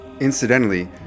Incidentally